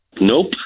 Nope